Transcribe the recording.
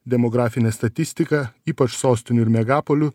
demografinė statistika ypač sostinių ir megapolių